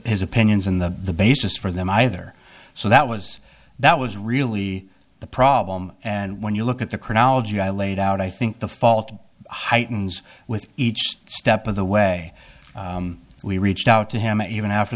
his opinions in the basis for them either so that was that was really the problem and when you look at the chronology i laid out i think the fault heightens with each step of the way we reached out to him even after